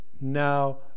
now